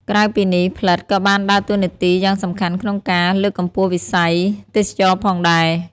ក្រៅពីនេះ ផ្លិតក៏បានដើរតួនាទីយ៉ាងសំខាន់ក្នុងការ លើកកម្ពស់វិស័យទេសចរណ៍ផងដែរ។